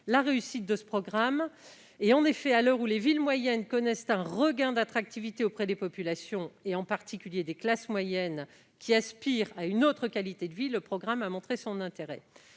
la réussite de ce programme : à l'heure où les villes moyennes connaissent un regain d'attractivité auprès des populations, en particulier des classes moyennes, qui aspirent à une autre qualité de vie, ce programme a montré son intérêt.